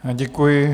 Děkuji.